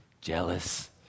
Jealous